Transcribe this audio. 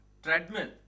Treadmill